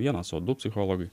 vienas o du psichologai